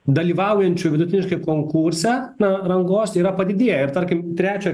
dalyvaujančių vidutiniškai konkurse na rangos yra padidėję ir tarkim trečio